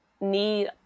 need